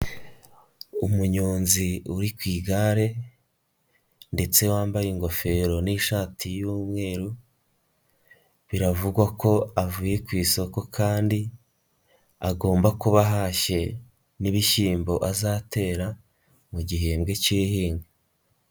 Umunyonzi uri ku igare ndetse wambaye ingofero n'ishati y'umweru, biravugwa ko avuye ku isoko kandi agomba kuba ahashye n'ibishyimbo azatera mu gihembwe cy'ihinga.